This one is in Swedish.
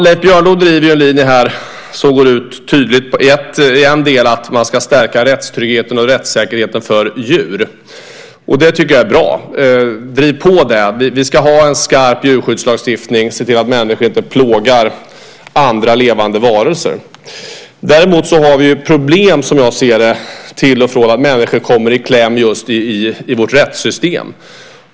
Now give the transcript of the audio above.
Leif Björnlod driver en linje här som i en del tydligt går ut på att man ska stärka rättstryggheten och rättssäkerheten för djur. Det tycker jag är bra. Driv på det! Vi ska ha en skarp djurskyddslagstiftning och se till att människor inte plågar andra levande varelser. Däremot har vi problem, som jag ser det, till och från med att människor kommer i kläm i vårt rättssystem.